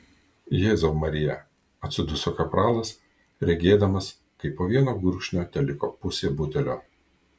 jėzau marija atsiduso kapralas regėdamas kaip po vieno gurkšnio teliko pusė butelio